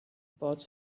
about